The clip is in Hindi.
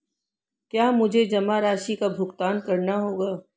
क्या मुझे जमा राशि का भुगतान करना होगा?